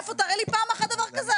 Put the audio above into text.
תראה לי פעם אחת דבר כזה,